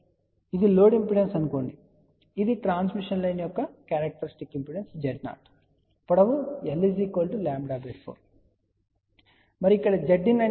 కాబట్టి ఇది load impedance గా పరిగణించండి ఇది ట్రాన్స్మిషన్ లైన్ యొక్క క్యారెక్టరిస్టిక్ ఇంపిడెన్స్ Z0 పొడవు l λ4 మరియు ఇక్కడ Zin అంటే ఏమిటో తెలుసుకుందాం